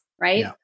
right